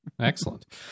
Excellent